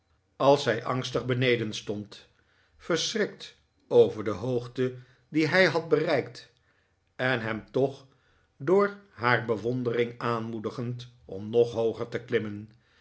als zij angstig beneden stond verschrikt over de hoogte die hij had bereikt en hem toch door haar bewondering aanmoedigend om nog hooger te klimmen